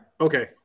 Okay